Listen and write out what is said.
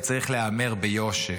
זה צריך להיאמר ביושר.